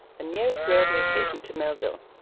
the nearest railway station to millville.